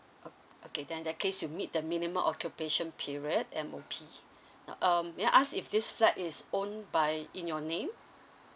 uh okay then in that case you meet the minimum occupation period M_O_P um may I ask if this flat is owned by in your name